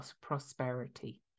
prosperity